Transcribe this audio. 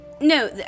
no